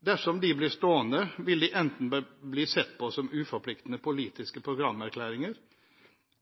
Dersom de blir stående, vil de enten bli sett på som uforpliktende politiske programerklæringer